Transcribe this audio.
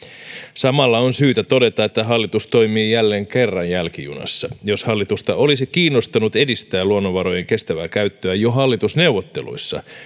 samalla on syytä todeta että hallitus toimii jälleen kerran jälkijunassa jos hallitusta olisi kiinnostanut edistää luonnonvarojen kestävää käyttöä jo hallitusneuvotteluissa